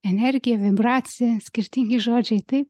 energiją vibracijas skirtingi žodžiai tai